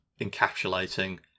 encapsulating